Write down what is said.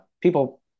people